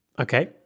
Okay